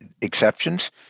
exceptions